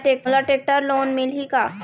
मोला tractor loan मिलही का?